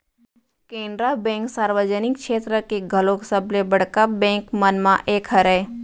Canara bank सार्वजनिक छेत्र के घलोक सबले बड़का बेंक मन म एक हरय